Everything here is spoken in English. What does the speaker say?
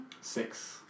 Six